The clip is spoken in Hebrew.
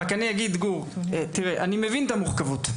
אני רוצה לומר לך גור, שאני מבין את המורכבות.